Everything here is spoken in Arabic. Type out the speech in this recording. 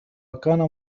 كان